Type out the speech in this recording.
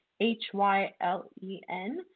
H-Y-L-E-N